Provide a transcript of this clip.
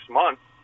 months